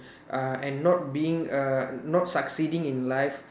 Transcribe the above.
uh and not being err not succeeding in life